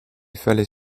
fallait